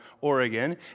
Oregon